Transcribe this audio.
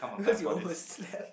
because you overslept